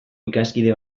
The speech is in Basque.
ikaskide